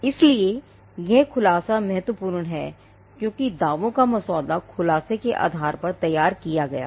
इसलिए यह खुलासा महत्वपूर्ण है क्योंकि दावों का मसौदा खुलासे के आधार पर तैयार किया गया है